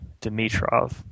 Dimitrov